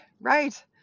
right